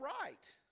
right